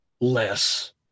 less